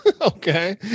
okay